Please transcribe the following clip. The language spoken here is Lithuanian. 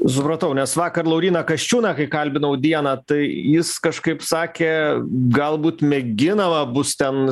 supratau nes vakar lauryną kasčiūną kai kalbinau dieną tai jis kažkaip sakė galbūt mėginama bus ten